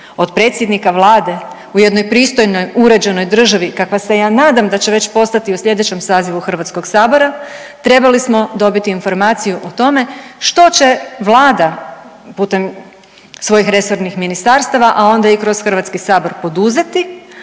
Od predsjednika Vlade u jednoj pristojnoj uređenoj državi kakva se ja nadam da će već postati u slijedećem sazivu HS trebali smo dobiti informaciju o tome što će Vlada putem svojih resornih ministarstava, a onda i kroz HS poduzeti